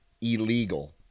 illegal